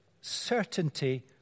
certainty